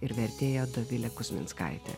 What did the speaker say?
ir vertėja dovile kuzminskaite